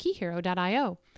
Keyhero.io